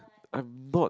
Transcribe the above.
I'm not